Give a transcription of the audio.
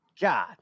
God